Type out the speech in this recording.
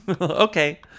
Okay